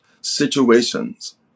situations